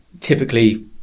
typically